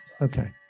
okay